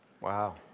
Wow